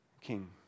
king